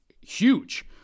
huge